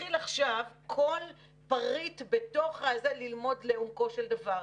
להתחיל עכשיו כל פריט ללמוד לעומקו של דבר,